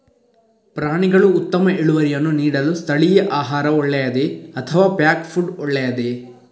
ಪ್ರಾಣಿಗಳು ಉತ್ತಮ ಇಳುವರಿಯನ್ನು ನೀಡಲು ಸ್ಥಳೀಯ ಆಹಾರ ಒಳ್ಳೆಯದೇ ಅಥವಾ ಪ್ಯಾಕ್ ಫುಡ್ ಒಳ್ಳೆಯದೇ?